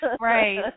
right